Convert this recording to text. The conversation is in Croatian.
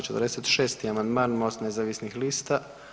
46. amandman Most nezavisnih lista.